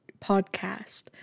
podcast